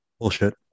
Bullshit